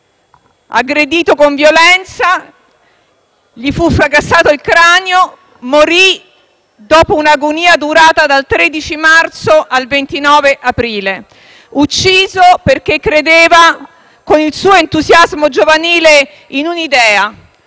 scuola, con violenza: gli fu fracassato il cranio e morì dopo un'agonia durata dal 13 marzo al 29 aprile. Fu ucciso perché credeva, con il suo entusiasmo giovanile, in un'idea.